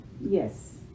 yes